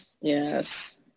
Yes